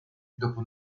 dopo